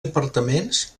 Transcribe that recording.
departaments